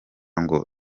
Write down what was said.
ngo